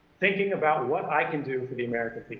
thinking about what i can do for the american people.